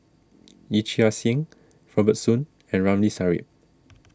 Yee Chia Hsing Robert Soon and Ramli Sarip